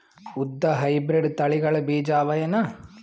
ಉದ್ದ ಹೈಬ್ರಿಡ್ ತಳಿಗಳ ಬೀಜ ಅವ ಏನು?